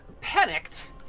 panicked